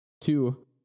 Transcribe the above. Two